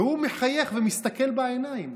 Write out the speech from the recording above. והוא מחייך ומסתכל בעיניים.